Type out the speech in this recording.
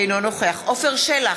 אינו נוכח עפר שלח,